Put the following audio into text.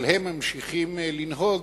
אבל הם ממשיכים לנהוג